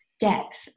depth